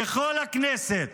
בכל הכנסת,